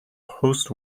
post